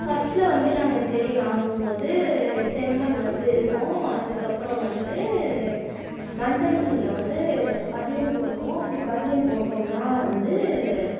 ஃபஸ்ட்டில் வந்து நாங்கள் செடி வாங்கும் போது செம்மண் வந்து இருக்கும் அதுக்கப்புறோம் வந்து வண்டல் மண்ணில் வந்து பதியம் போடுவோம் அப்படி பதியம் போட்டோம்னா வந்து